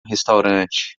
restaurante